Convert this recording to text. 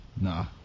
nah